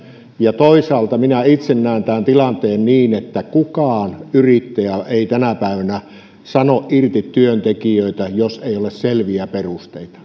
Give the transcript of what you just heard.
toisaalta minä itse näen tämän tilanteen niin että kukaan yrittäjä ei tänä päivänä sano irti työntekijöitä jos ei ole selviä perusteita